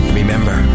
remember